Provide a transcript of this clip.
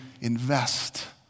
invest